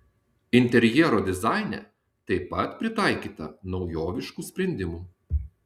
interjero dizaine taip pat pritaikyta naujoviškų sprendimų